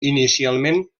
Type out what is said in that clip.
inicialment